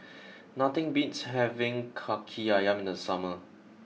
nothing beats having Kaki Ayam in the summer